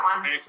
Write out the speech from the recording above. one